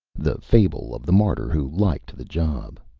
the fable of the martyr who liked the job